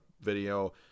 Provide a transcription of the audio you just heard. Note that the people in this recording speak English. video